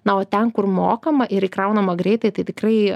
na o ten kur mokama ir įkraunama greitai tai tikrai